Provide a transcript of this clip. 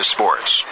Sports